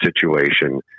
situation